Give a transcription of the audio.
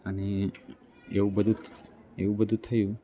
અને એવું બધું એવું બધું થયું